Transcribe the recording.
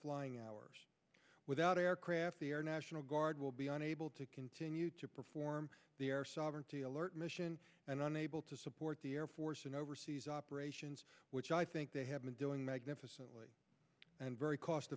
flying hours without aircraft or national guard will be unable to continue to perform their sovereignty alert mission and unable to support the air force and overseas operations which i think they have been doing magnificently and very cost